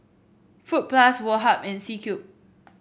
Fruit Plus Woh Hup and C Cube